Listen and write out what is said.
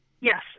Yes